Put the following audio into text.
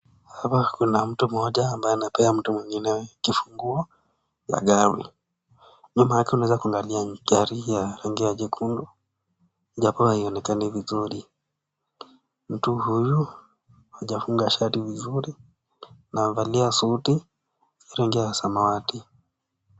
Hapa kuna mtu mmoja ambaye anapea mtu mwingine kifunguo la gari, nyuma yake unaweza kuangalia gari ya rangi ya nyekundu japo haionekani vizuri, mtu huyu hajafunga shati vizuri na amevalia suti ya rangi ya samawati.